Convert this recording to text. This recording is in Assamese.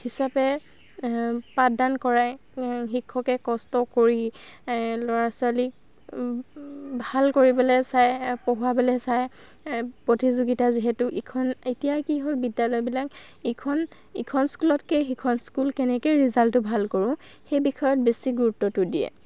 হিচাপে পাঠদান কৰাই শিক্ষকে কষ্ট কৰি ল'ৰা ছোৱালীক ভাল কৰিবলৈ চায় পঢ়োৱাবলৈ চায় প্ৰতিযোগীতা যিহেতু ইখন এতিয়া কি হয় বিদ্যালয়বিলাক ইখন ইখন স্কুলতকৈ সিখন স্কুল কেনেকৈ ৰিজাল্টটো ভাল কৰোঁ সেই বিষয়ত বেছি গুৰুত্বটো দিয়ে